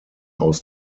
aus